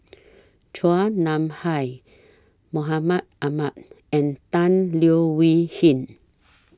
Chua Nam Hai Mahmud Ahmad and Tan Leo Wee Hin